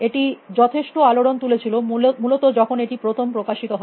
এটি যথেষ্ট আলোড়ন তুলেছিল মূলত যখন এটি প্রথম প্রকাশিত হয়